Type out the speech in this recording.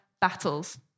battles